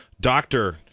doctor